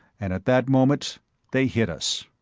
and at that moment they hit us.